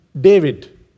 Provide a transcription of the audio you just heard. David